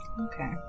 Okay